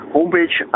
Homepage